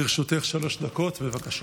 לרשותך שלוש דקות, בבקשה.